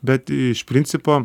bet iš principo